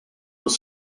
was